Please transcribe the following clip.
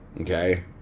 Okay